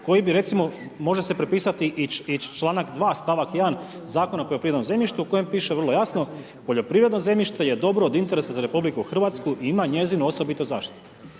koji bi recimo može se prepisati i članak 2. stavak 1. zakona o poljoprivrednom zemljištu koji piše vrlo jasno poljoprivredno zemljište je dobro od interesa za RH i ima njezin osobiti značaj.